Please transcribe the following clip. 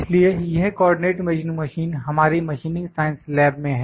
इसलिए यह coordinate measuring machine हमारी मशीनिंग साइंस लैब में है